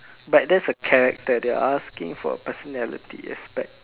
but that's a character they are asking for a personality aspect